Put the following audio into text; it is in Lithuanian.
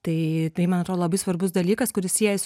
tai tai man atrodo labai svarbus dalykas kuris siejasi